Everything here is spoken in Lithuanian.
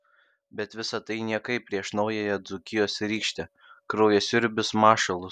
bet visa tai niekai prieš naująją dzūkijos rykštę kraujasiurbius mašalus